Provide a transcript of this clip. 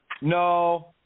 No